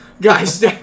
Guys